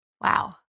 Wow